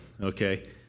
okay